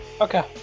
Okay